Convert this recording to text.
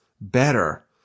better